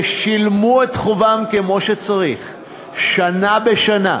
ושילמו את חובם כמו שצריך שנה בשנה,